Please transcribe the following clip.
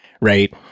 right